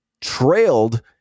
Trailed